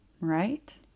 Right